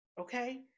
Okay